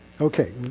Okay